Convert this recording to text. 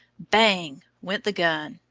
bang! went the gun,